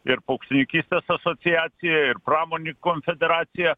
ir paukštininkystės asociacija ir pramoninkų konfederacija